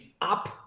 up